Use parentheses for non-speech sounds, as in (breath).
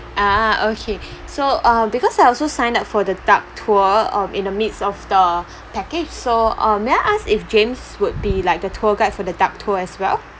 ah okay (breath) so uh because I also signed up for the duck tour um in the midst of the (breath) package so um may I ask if james would be like the tour guide for the duck tour as well